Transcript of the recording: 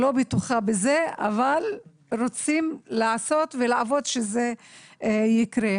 לא בטוחה בזה אבל רוצים לעשות ולעבוד שזה יקרה.